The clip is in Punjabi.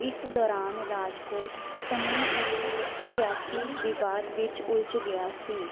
ਇਸ ਦੌਰਾਨ ਰਾਜਕੋਟ ਸਮੂਹ ਇੱਕ ਸਿਆਸੀ ਵਿਵਾਦ ਵਿੱਚ ਉਲਝ ਗਿਆ ਸੀ